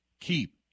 keep